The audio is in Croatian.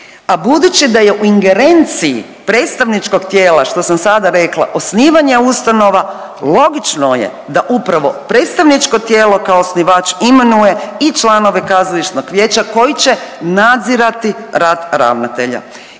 a budući da je u ingerenciji predstavničkog tijela, što sam sada rekla, osnivanja ustanova, logično je da upravo predstavničko tijelo kao osnivač imenuje i članove kazališnog vijeća koji će nadzirati rad ravnatelja